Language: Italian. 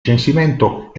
censimento